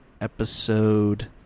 episode